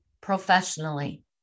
professionally